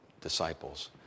disciples